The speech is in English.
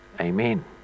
Amen